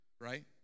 right